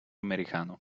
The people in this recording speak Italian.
americano